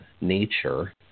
nature